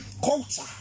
culture